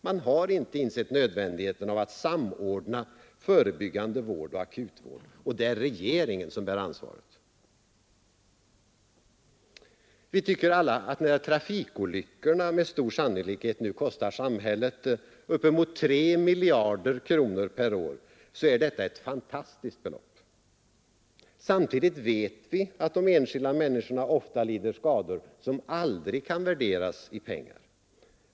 Man har inte insett nödvändigheten av att samordna förebyggande vård och akut vård. Det är regeringen som bär ansvaret. Vi tycker alla att när trafikolyckorna med stor sannolikhet nu kostar samhället uppemot 3 miljarder kronor per år så är detta ett fantastiskt belopp. Samtidigt vet vi att de enskilda människorna ofta lider skador som aldrig kan värderas i pengar.